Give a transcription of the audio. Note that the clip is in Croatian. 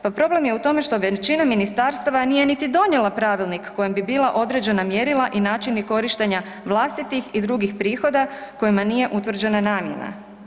Pa problem je u tome što većina ministarstva nije niti donijela Pravilnik kojim bi bila određena mjerila i načini korištenja vlastitih i drugih prihoda kojima nije utvrđena za namjena.